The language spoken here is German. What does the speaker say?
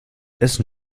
essen